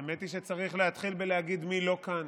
האמת היא שצריך להתחיל בלהגיד מי לא כאן: